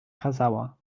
kazała